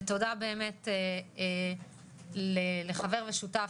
ותודה באמת לחבר ושותף,